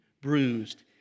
bruised